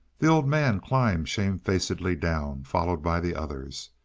the old man climbed shamefacedly down, followed by the others.